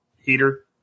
heater